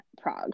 Prague